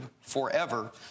forever